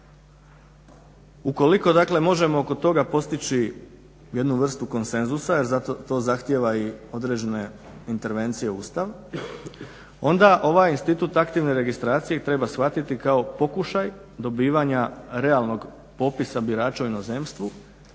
Ukoliko možemo oko toga postići jednu vrstu konsenzusa jer to zahtjeva određene intervencije u Ustav, onda ovaj institut aktivne registracije treba shvatiti kao pokušaj dobivanja realnog popisa birača u inozemstvu